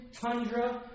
tundra